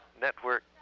network